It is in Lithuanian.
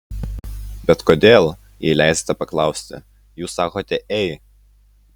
bet kodėl jei leisite paklausti jūs sakote ei